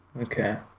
Okay